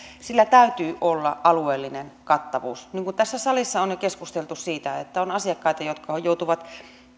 sillä täytyy olla alueellinen kattavuus niin kuin tässä salissa on jo keskusteltu on asiakkaita jotka joutuvat